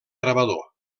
gravador